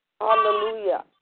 Hallelujah